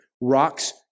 rocks